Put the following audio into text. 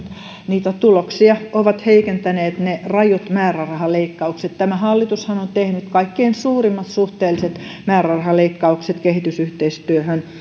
niitä tuloksia ovat heikentäneet ne rajut määrärahaleikkaukset tämä hallitushan on tehnyt kaikkein suurimmat suhteelliset määrärahaleikkaukset kehitysyhteistyöhön